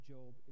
Job